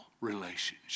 relationship